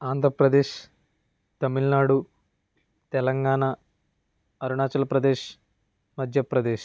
Andhra Pradesh Tamil Nadu Telangana Arunachal Pradesh Madhya Pradesh